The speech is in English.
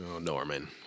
Norman